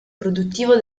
produttivo